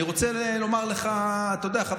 אני רוצה לומר לך חדשות,